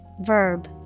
verb